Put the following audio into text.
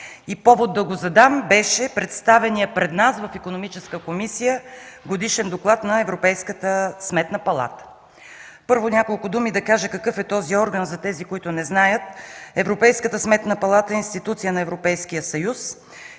и повод да го задам беше представеният пред нас в Икономическата комисия Годишен доклад на Европейската сметна палата. Първо ще кажа няколко думи какъв е този орган – за тези, които не знаят. Европейската сметна палата е институция на Европейския съюз,